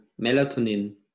melatonin